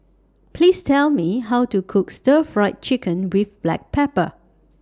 Please Tell Me How to Cook Stir Fried Chicken with Black Pepper